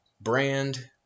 Brand